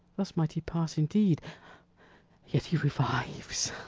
thus might he pass indeed yet he revives